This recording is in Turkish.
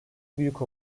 büyük